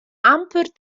amper